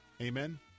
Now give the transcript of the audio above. amen